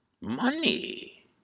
money